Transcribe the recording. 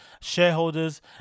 shareholders